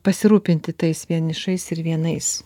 pasirūpinti tais vienišais ir vienais